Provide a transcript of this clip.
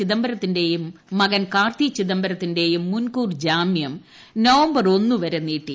ചിദംബരത്തിന്റെയും മകൻ കാർത്തി ചിദംബരത്തിന്റെയും മുൻകൂർ ജാമ്യം നവംബർ ഒന്ന് വർ നീട്ടി